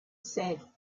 said